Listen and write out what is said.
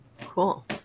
Cool